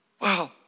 Wow